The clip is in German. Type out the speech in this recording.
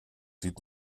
sieht